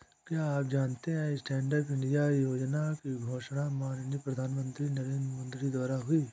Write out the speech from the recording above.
क्या आप जानते है स्टैंडअप इंडिया योजना की घोषणा माननीय प्रधानमंत्री नरेंद्र मोदी द्वारा हुई?